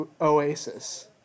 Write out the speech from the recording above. Oasis